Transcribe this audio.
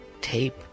tape